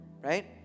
right